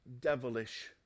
devilish